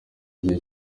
gihe